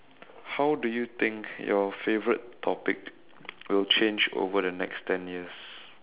how do you think your favorite topic will change over the next ten years